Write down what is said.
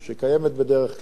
שקיימת בדרך כלל,